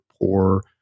poor